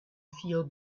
feel